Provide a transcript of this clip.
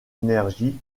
énergie